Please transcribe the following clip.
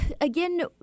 Again